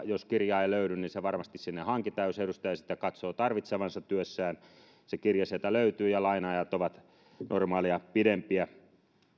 jos kirjaa ei löydy niin se varmasti sinne hankitaan jos edustaja sitä katsoo tarvitsevansa työssään se kirja sieltä löytyy ja laina ajat ovat normaalia pidempiä